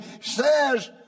says